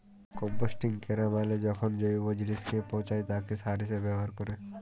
composting ক্যরা মালে যখল জৈব জিলিসকে পঁচায় তাকে সার হিসাবে ব্যাভার ক্যরে